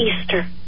Easter